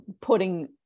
putting